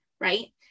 Right